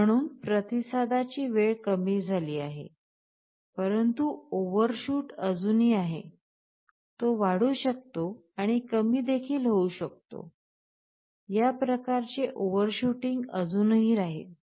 म्हणून प्रतिसादाची वेळ कमी झाली आहे परंतु ओव्हरशूट अजूनही आहे तो वाढू शकतो आणि कमी देखील होउ शकतो या प्रकारचे ओव्हर शूटिंग अजूनही राहील